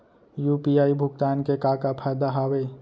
UPI भुगतान के का का फायदा हावे?